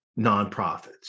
nonprofits